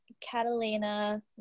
Catalina